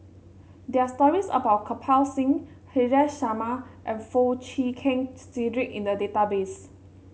there are stories about Kirpal Singh Haresh Sharma and Foo Chee Keng Cedric in the database